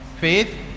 Faith